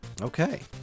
Okay